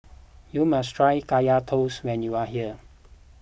you must try Kaya Toast when you are here